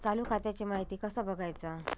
चालू खात्याची माहिती कसा बगायचा?